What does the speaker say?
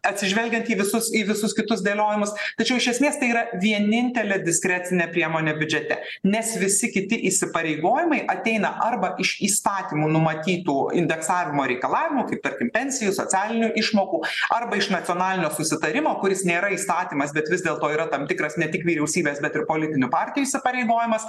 atsižvelgiant į visus į visus kitus dėliojimus tačiau iš esmės tai yra vienintelė diskrecinė priemonė biudžete nes visi kiti įsipareigojimai ateina arba iš įstatymų numatytų indeksavimo reikalavimų kaip tarkim pensijų socialinių išmokų arba iš nacionalinio susitarimo kuris nėra įstatymas bet vis dėlto yra tam tikras ne tik vyriausybės bet ir politinių partijų įsipareigojimas